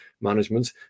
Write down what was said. management